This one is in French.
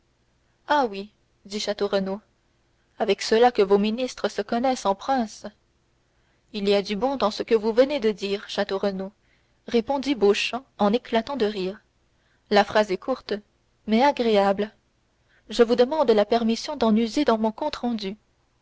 ah oui dit château renaud avec cela que vos ministres se connaissent en princes il y a du bon dans ce que vous venez de dire château renaud répondit beauchamp en éclatant de rire la phrase est courte mais agréable je vous demande la permission d'en user dans mon compte rendu